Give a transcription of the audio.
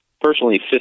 personally